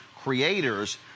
creators